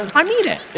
i mean it.